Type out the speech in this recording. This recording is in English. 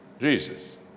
Jesus